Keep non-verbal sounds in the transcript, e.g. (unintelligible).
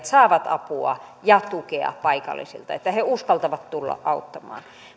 (unintelligible) saavat apua ja tukea paikallisilta niin että he uskaltavat tulla auttamaan